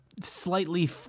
Slightly